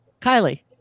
Kylie